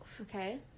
Okay